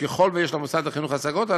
וככל שיש למוסד החינוך השגות,